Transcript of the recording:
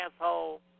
asshole